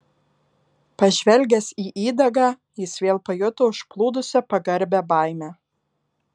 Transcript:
pažvelgęs į įdagą jis vėl pajuto užplūdusią pagarbią baimę